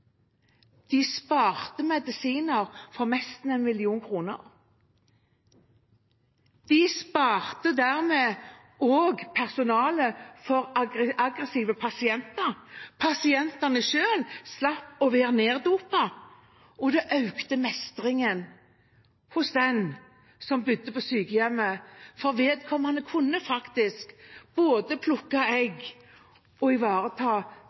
De sparte medisiner for nesten én million kroner. De sparte dermed også personalet for aggressive pasienter. Pasientene selv slapp å være neddopet, og det økte mestringen hos den som bodde på sykehjemmet, for vedkommende kunne faktisk både plukke egg og ivareta